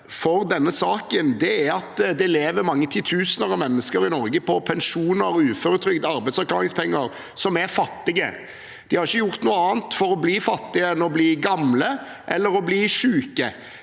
for denne saken er at det lever mange titusener av mennesker i Norge på pensjoner, uføretrygd og arbeidsavklaringspenger som er fattige. De har ikke gjort noe annet for å bli fattig enn å bli gammel eller syk,